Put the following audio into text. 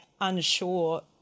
unsure